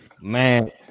man